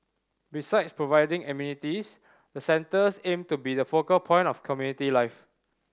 besides providing amenities the centres aim to be the focal point of community life